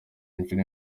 inshuro